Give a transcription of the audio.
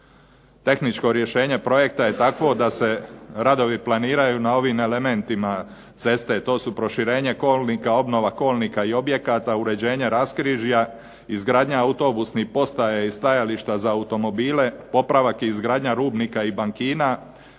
Tehničko rješenje projekta je takvo da se radovi planiraju na ovim elementima ceste. To su proširenje kolnika, obnova kolnika i objekata, uređenje raskrižja, izgradnja autobusnih postaja i stajališta za automobile, popravak i izgradnja rubnika i bankina,